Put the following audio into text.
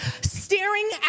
staring